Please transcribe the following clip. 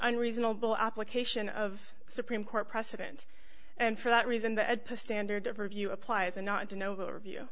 unreasonable application of supreme court precedent and for that reason the standard of review applies and not to no review